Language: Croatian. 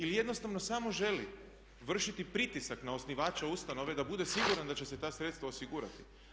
Ili jednostavno samo želi vršiti pritisak na osnivače ustanove da bude siguran da će se ta sredstva osigurati.